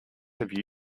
have